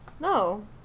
No